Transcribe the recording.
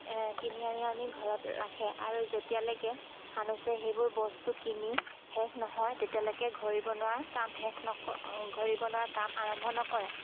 কিনি আনি আনি ঘৰত ৰাখে আৰু যেতিয়ালৈকে সানুচে সেইবোৰ বস্তু কিনি শেষ নহয় তেতিয়ালৈকে ঘড়ী বনোৱাৰ কাম শেষ নকৰ ঘড়ী বনোৱাৰ কাম আৰম্ভ নকৰে